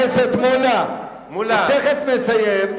חבר הכנסת מולה, הוא תיכף מסיים.